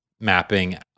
mapping